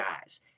guys